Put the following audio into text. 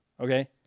Okay